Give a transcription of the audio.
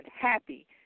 happy